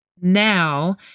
now